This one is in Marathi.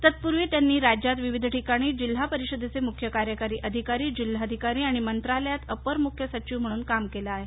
तत्पूर्वी त्यांनी राज्यात विविध ठिकाणी जिल्हा परिषदेचे मुख्य कार्यकारी अधिकारी जिल्हाधिकारी आणि मंत्रालयात अपर मुख्य सचिव म्हणून काम केलं आहे